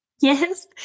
Yes